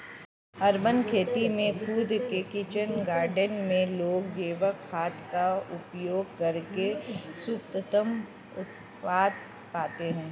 urban खेती में खुद के किचन गार्डन में लोग जैविक खाद का उपयोग करके शुद्धतम उत्पाद पाते हैं